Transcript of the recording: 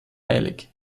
eilig